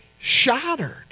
shattered